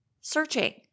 searching